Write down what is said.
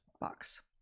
box